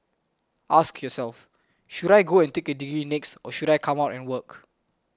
ask yourself should I go and take a degree next or should I come out and work